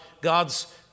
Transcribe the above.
God's